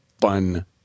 fun